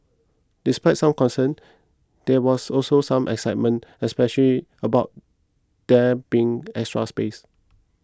despite some concerns there was also some excitement especially about there being extra space